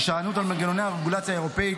הישענות על מנגנוני הרגולציה האירופאית,